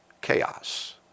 chaos